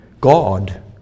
God